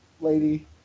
lady